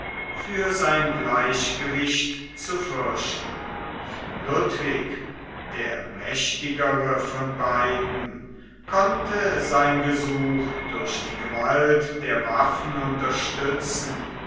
für sein gleichgewicht zu fürchten ludwig der mächtigere von beiden konnte sein gesuch durch die gewalt der waffen unterstützen